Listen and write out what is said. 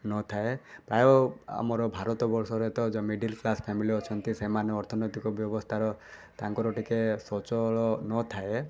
ନଥାଏ ପ୍ରାୟ ଆମର ଭାରତବର୍ଷରେ ତ ଯେଉଁ ମିଡ଼ିଲ୍ କ୍ଲାସ୍ ଫ୍ୟାମିଲି ଅଛନ୍ତି ସେମାନେ ଅର୍ଥନୈତିକ ବ୍ୟବସ୍ଥାର ତାଙ୍କର ଟିକିଏ ସ୍ୱଚ୍ଛଳ ନଥାଏ